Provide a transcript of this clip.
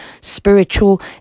spiritual